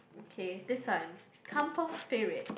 okay this one kampung spirit